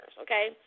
okay